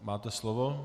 Máte slovo.